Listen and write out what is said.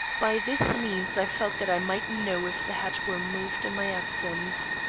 by this means i felt that i might know if the hat were moved in my absence.